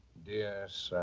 dear sir.